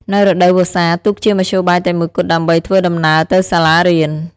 នៅរដូវវស្សា ទូកជាមធ្យោបាយតែមួយគត់ដើម្បីធ្វើដំណើរទៅសាលារៀន។